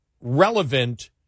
relevant